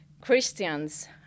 Christians